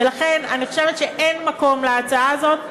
ולכן, אני חושבת שאין מקום להצעה הזאת.